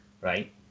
right